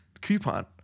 coupon